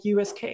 USK